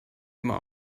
immer